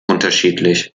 unterschiedlich